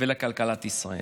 ולכלכלת ישראל.